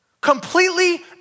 Completely